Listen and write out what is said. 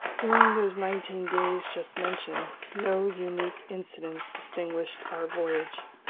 during those nineteen days just mentioned, no unique incidents distinguished our voyage.